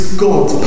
god